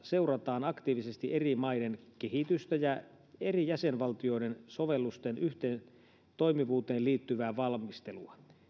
seurataan aktiivisesti eri maiden kehitystä ja eri jäsenvaltioiden sovellusten yhteentoimivuuteen liittyvää valmistelua